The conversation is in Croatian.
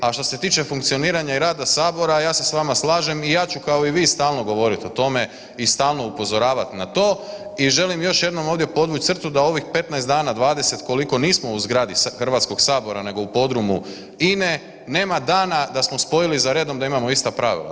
A što se tiče funkcioniranja i rada sabora, ja se s vama slažem i ja ću kao i vi stalno govoriti o tome i stalno upozoravat na to i želim još jednom ovdje podvuć crtu da ovih 15 dana, 20 koliko nismo u zgradi Hrvatskog sabora, nego u podrumu INE nema dana smo spojili za redom da imamo ista pravila.